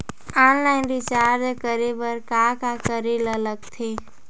Online recharge करे बर का का करे ल लगथे?